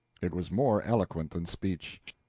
it was more eloquent than speech.